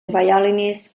violinist